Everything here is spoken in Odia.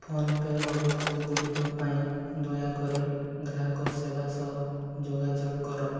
ଫୋନ୍ପେ' ଅଭିଯୋଗ ଗୁଡ଼ିକ ପାଇଁ ଦୟାକରି ଗ୍ରାହକ ସେବା ସହ ଯୋଗାଯୋଗ କର